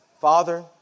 Father